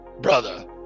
brother